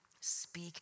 Speak